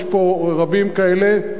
יש פה רבים כאלה.